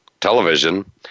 television